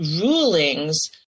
rulings